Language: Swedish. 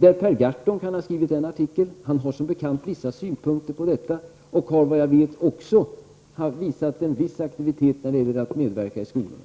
Per Gahrton kan t.ex. ha skrivit en artikel. Han har som bekant vissa synpunkter på detta ämne och har såvitt jag vet också visat en viss aktivitet när det gäller att medverka i skolorna.